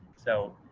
so,